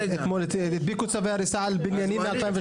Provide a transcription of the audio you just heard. הדביקו צווי הריסה על בניינים מ-2013.